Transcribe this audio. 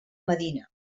medina